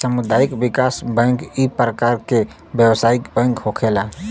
सामुदायिक विकास बैंक इक परकार के व्यवसायिक बैंक होखेला